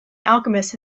alchemist